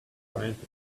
frantically